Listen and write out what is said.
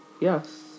yes